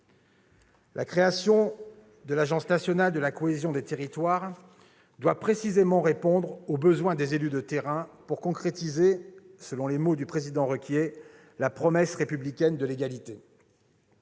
La création de l'agence nationale de la cohésion des territoires, l'ANCT, doit précisément répondre aux besoins des élus de terrain pour concrétiser, selon les mots du président Requier, « la promesse républicaine de l'égalité